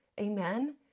Amen